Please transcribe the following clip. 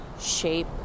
shape